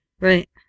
Right